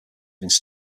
within